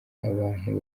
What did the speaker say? abantu